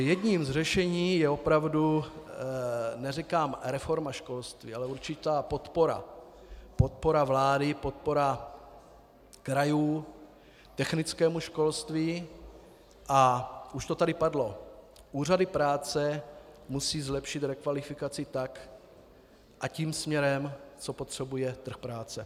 Jedním z řešení je, opravdu neříkám reforma školství, ale určitá podpora vlády, podpora krajů technickému školství, a už to tady zaznělo, úřady práce musejí zlepšit rekvalifikaci tak a tím směrem, co potřebuje trh práce.